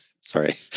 sorry